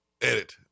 edit